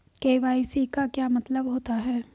KYC का क्या मतलब होता है?